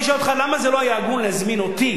אני שואל אותך למה זה לא היה הגון להזמין אותי